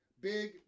big